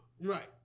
right